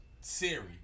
Siri